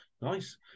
nice